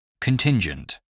Contingent